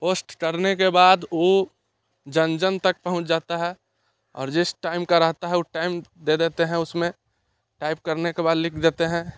post करने को बाद वो जन जन तक पहुँच जाता है और जिस टाइम का रहता है वो टाइम दे देते हैं उसमें टाइप करने के बाद लिख देते हैं